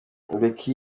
mbeki